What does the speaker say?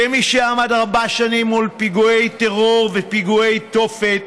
כמי שעמד ארבע שנים מול פיגועי טרור ופיגועי תופת,